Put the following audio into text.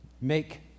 make